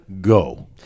go